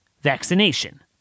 vaccination